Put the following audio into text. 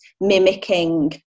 mimicking